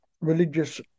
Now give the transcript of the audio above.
religious